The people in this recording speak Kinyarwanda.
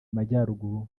amajyaruguru